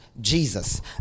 Jesus